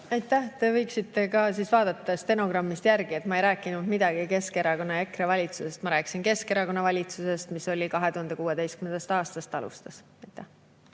Aitäh! Te võiksite ka vaadata stenogrammist järgi. Ma ei rääkinud midagi Keskerakonna ja EKRE valitsusest, ma rääkisin Keskerakonna valitsusest, mis alustas 2016. aastast. Aitäh!